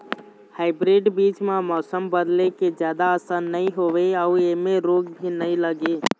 hybrid बीज म मौसम बदले के जादा असर नई होवे अऊ ऐमें रोग भी नई लगे